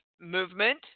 movement